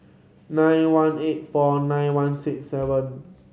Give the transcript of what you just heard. nine one eight four nine one six seven